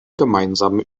gemeinsame